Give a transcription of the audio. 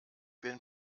bin